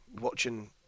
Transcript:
watching